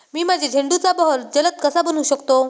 मी माझ्या झेंडूचा बहर जलद कसा बनवू शकतो?